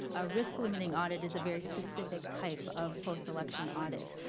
a risk limiting audit is a very specific type of postelection audit.